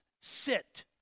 sit